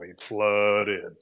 flooded